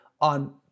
on